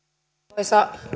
arvoisa